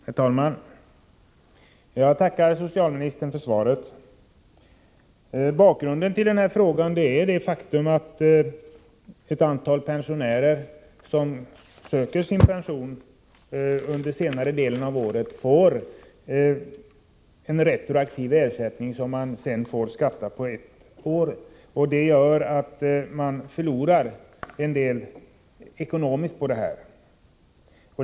Herr talman! Jag tackar socialministern för svaret. Bakgrunden till den här frågan är det faktum att ett antal pensionärer som ansöker om pension under senare delen av året får en retroaktiv ersättning som de sedan får skatta för det året. Det gör att man ekonomiskt förlorar en del.